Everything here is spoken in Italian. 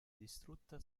distrutta